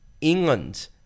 England